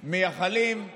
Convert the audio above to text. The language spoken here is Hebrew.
מייחלים,